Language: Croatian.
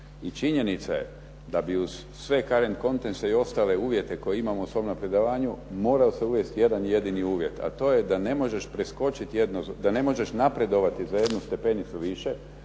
I činjenica je da bi uz sve Caren Countries i ostale uvjete koje imamo u svom napredovanju, mora se uvesti jedan jedini uvjet, a to je da ne možeš napredovati za jednu stepenicu više,